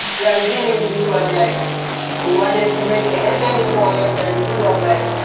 yeah, the thing is it was like we wanted to make a happy ending for her. and it was like,